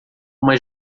uma